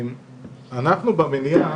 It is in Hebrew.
במליאה